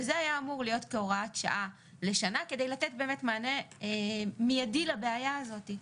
זה היה אמור להיות כהוראת שעה לשנה כדי לתת באמת מענה מיידי לבעיה הזאת.